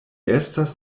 estas